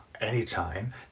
Anytime